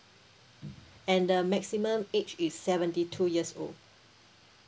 and the maximum age is seventy two years old